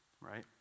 right